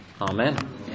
Amen